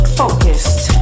focused